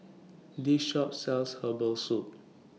This Shop sells Herbal Soup